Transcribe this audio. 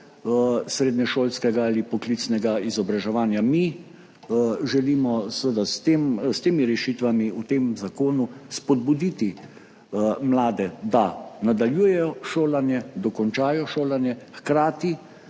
srednješolskega ali poklicnega izobraževanja. Mi želimo s temi rešitvami v tem zakonu spodbuditi mlade, da nadaljujejo šolanje, dokončajo šolanje, hkrati